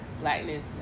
blackness